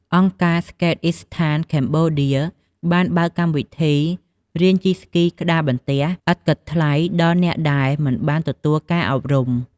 អង្គការ ស្កេតអុីសថាន ខេមបូឌា Skateistan Cambodia បានបើកកម្មវិធីរៀនជិះស្គីក្ដារបន្ទះឥតគិតថ្លៃដល់អ្នកដែលមិនបានទទួលការអប់រំ។